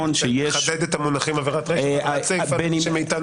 תחדד את המונחים עבירת רישה ועבירת סיפה למי מאיתנו